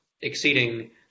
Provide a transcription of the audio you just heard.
exceeding